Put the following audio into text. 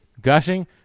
gushing